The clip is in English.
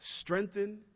strengthen